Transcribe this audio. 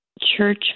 church